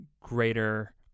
greater